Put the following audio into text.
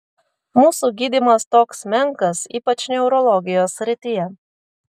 mūsų gydymas toks menkas ypač neurologijos srityje